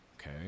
okay